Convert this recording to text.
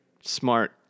smart